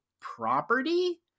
property